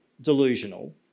delusional